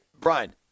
brian